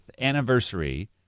anniversary